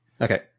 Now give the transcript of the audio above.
Okay